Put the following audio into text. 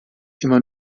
immer